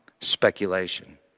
Speculation